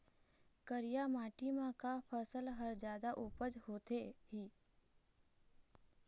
करिया माटी म का फसल हर जादा उपज होथे ही?